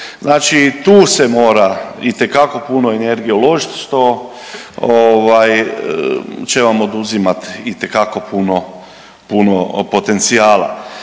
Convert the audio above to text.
znači tu se mora itekako puno energije uložiti, što ovaj će vam oduzimati itekako puno potencijala.